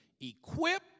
equip